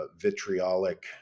vitriolic